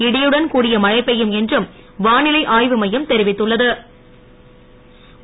இடியுடன் கூடிய மழை பெய்யும் என்றும் வானிலை ஆய்வு மையம் தெரிவித்துள்ள து